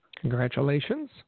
Congratulations